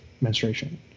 menstruation